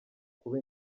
kuba